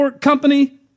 company